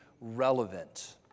relevant